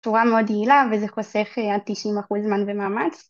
צורה מאוד יעילה וזה חוסך עד 90% זמן ומאמץ.